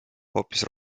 hoopis